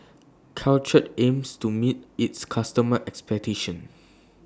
Caltrate aims to meet its customers' expectations